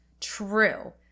True